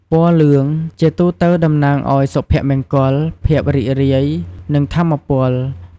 ពណ៌លឿង ជាទូទៅតំណាងឱ្យ សុភមង្គល ភាពរីករាយ និង ថាមពល។